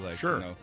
Sure